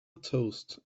toast